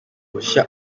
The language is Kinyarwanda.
bushya